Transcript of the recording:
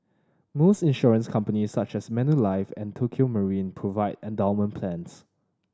most insurance companies such as Manulife and Tokio Marine provide endowment plans